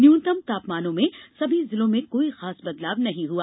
न्यूनतम तापमानों में सभी जिलों में कोई खास बदलाव नहीं हुआ